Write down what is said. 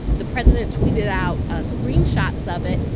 the president tweeted out ah screenshots of it.